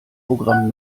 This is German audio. programm